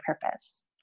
purpose